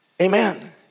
Amen